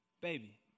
baby